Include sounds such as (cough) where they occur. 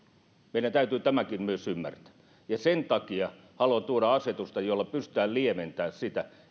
on meidän täytyy tämäkin myös ymmärtää ja sen takia haluan tuoda asetuksen jolla pystytään lieventämään sitä (unintelligible)